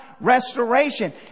restoration